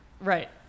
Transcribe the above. Right